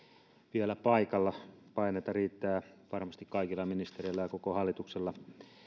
vielä paikalla painetta riittää varmasti kaikilla ministereillä ja koko hallituksella